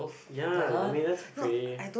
ya I mean that's pretty